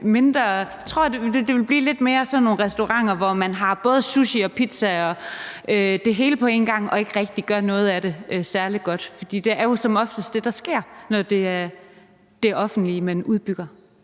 mere ville blive sådan nogle restauranter, hvor man både har sushi og pizza og det hele på en gang og man ikke rigtig gør noget af det særlig godt. For det er jo som oftest det, der sker, når det er det offentlige, man udbygger.